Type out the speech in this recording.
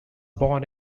born